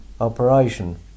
operation